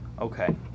Okay